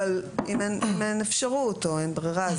אבל אם אין אפשרות או אין ברירה,